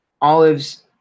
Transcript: olives